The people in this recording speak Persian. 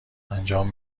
انجام